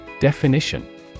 Definition